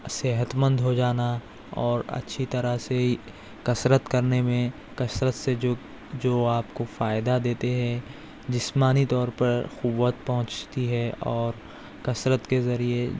صحت مند ہو جانا اور اچھی طرح سے کسرت کرنے میں کسرت سے جو جو آپ کو فائدہ دیتے ہیں جسمانی طور پر قوت پہنچتی ہے اور کسرت کے ذریعہ